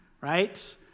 right